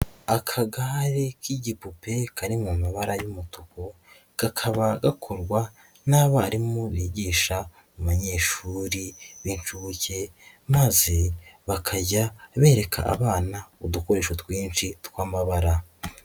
Akagare k'igipupe kari mu mabara y'umutuku kakaba gakorwa n'abarimu bigisha abanyeshuri b'inshuke maze bakajya bereka abana udukoresho twinshi tw'amabara.